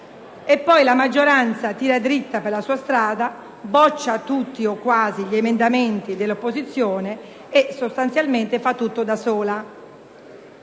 ma poi, la maggioranza tira dritta per la sua strada, boccia tutti (o quasi) gli emendamenti dell'opposizione e fa sostanzialmente tutto da sola.